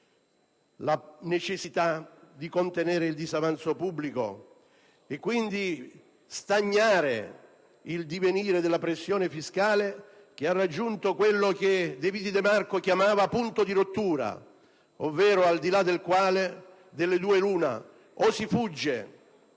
La necessità di contenere il disavanzo pubblico e quindi stagnare il divenire della pressione fiscale, che ha raggiunto quello che De Viti De Marco chiamava il «punto di rottura» al di là del quale o si fugge